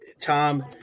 Tom